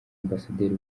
ambasaderi